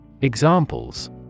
Examples